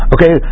Okay